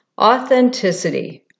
Authenticity